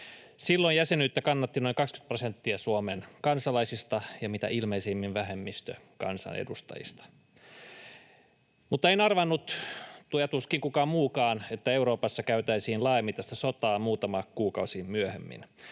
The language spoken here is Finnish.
Silloin jäsenyyttä kannatti noin 20 prosenttia Suomen kansalaisista ja mitä ilmeisimmin vähemmistö kansanedustajista. Mutta en arvannut — ja tuskin kukaan muukaan — että Euroopassa käytäisiin laajamittaista sotaa muutama kuukausi myöhemmin.